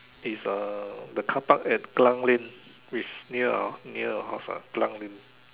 is uh the carpark at Kallang lane which near near our house ah Kallang lane